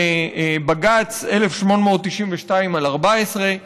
בבג"ץ 1892/14,